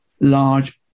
large